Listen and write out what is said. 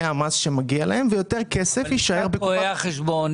המס שמגיעים להם ויותר כסף יישאר בקופת --- לשכת רואי החשבון,